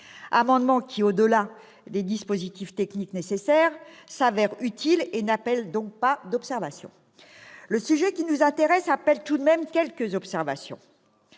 amendements s'avèrent, au-delà des dispositifs techniques nécessaires, utiles et n'appellent donc pas d'observations. Le sujet qui nous intéresse appelle tout de même quelques remarques,